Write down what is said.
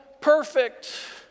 perfect